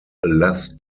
less